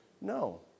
No